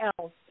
else